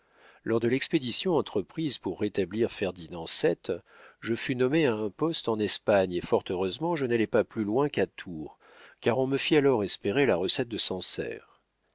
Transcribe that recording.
lors de l'expédition entreprise pour rétablir ferdinand vii je fus nommé à un poste en espagne et fort heureusement je n'allai pas plus loin qu'à tours car on me fit alors espérer la recette de sancerre